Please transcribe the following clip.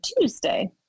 Tuesday